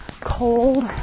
cold